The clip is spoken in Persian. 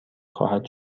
خواهد